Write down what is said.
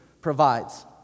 provides